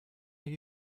have